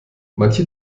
manche